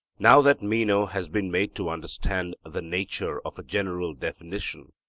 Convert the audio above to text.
now that meno has been made to understand the nature of a general definition,